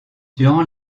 durant